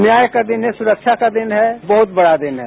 न्याय का दिन है सुरक्षा का दिन है बहुत बड़ा दिन है